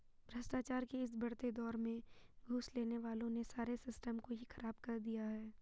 भ्रष्टाचार के इस बढ़ते दौर में घूस लेने वालों ने सारे सिस्टम को ही खराब कर दिया है